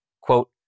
Quote